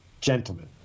Gentlemen